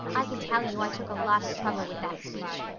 i can tell you i took a lot of trouble with that speech.